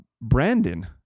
Brandon